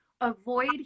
avoid